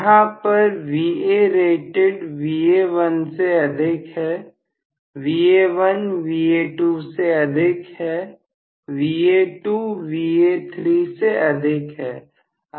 जहां पर Varated Va1 से अधिक है Va1 Va2 से अधिक है Va2 Va3 से अधिक है